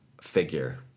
figure